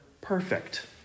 perfect